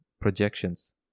projections